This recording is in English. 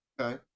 okay